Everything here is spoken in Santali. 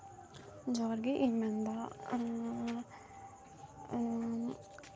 ᱡᱚᱦᱟᱨ ᱜᱮ ᱤᱧ ᱢᱮᱱᱫᱟ